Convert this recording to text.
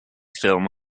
film